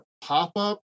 pop-up